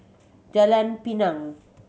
Jalan Pinang